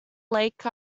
lake